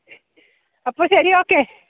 അപ്പോൾ ശരി ഓക്കെ